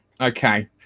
Okay